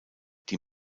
die